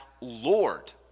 Lord